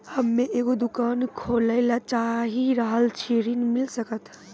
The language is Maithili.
हम्मे एगो दुकान खोले ला चाही रहल छी ऋण मिल सकत?